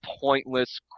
pointless